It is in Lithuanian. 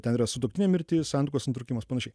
ten yra sutuoktinio mirtis santuokos nutraukimas panašiai